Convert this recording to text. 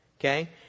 okay